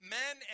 men